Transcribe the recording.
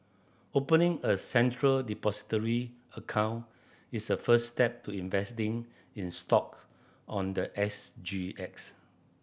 opening a Central Depository account is the first step to investing in stock on the S G X